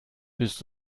bist